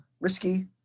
risky